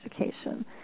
education